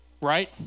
right